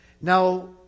Now